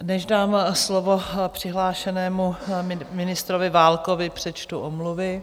Než dám slovo přihlášenému panu ministrovi Válkovi, přečtu omluvy.